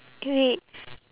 wait